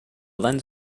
lens